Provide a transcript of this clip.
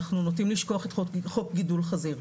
אנחנו נוטים לשכוח את חוק גידול חזיר.